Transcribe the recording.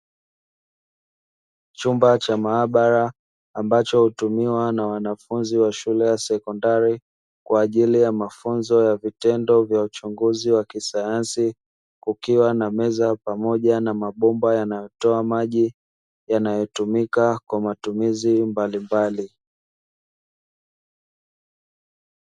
Chumba cha maabara ambacho hutumiwa na wanafunzi wa shule ya sekondari kwa ajili ya mafunzo ya vitendo vya uchunguzi wa kisayansi kukiwa na meza pamoja na mabomba yanayotoa maji yanayotumika kwa matumizi mbalimbali.